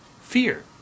fear